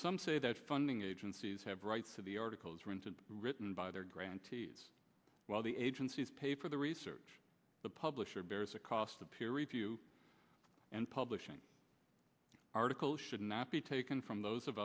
some say that funding agencies have rights to the articles rented written by their grantees while the agencies pay for the research the publisher bears a cost of peer review and publishing article should not be taken from those of